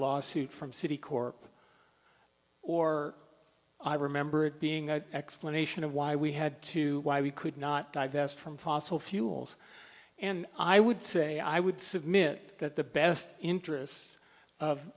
lawsuit from citi corp or i remember it being an explanation of why we had to why we could not divest from fossil fuels and i would say i would submit that the best interests of